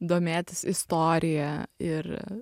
domėtis istorija ir